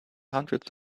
hundreds